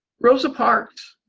rosa parks